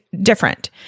different